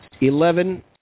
Eleven